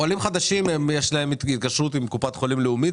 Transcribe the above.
עולים חדשים יש להם התקשרות עם קופ"ח לאומית,